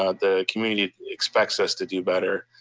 ah the community expects us to do better.